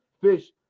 Fish